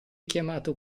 chiamato